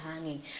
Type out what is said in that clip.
hanging